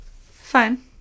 Fine